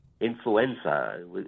Influenza